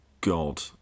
god